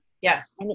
Yes